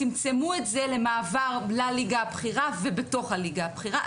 צמצמו את זה למעבר לליגה הבכירה ובתוך הליגה הבכירה.